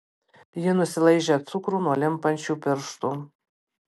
ji nusilaižė cukrų nuo limpančių pirštų